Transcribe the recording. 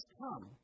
come